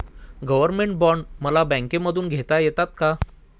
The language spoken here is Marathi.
गव्हर्नमेंट बॉण्ड मला बँकेमधून घेता येतात का?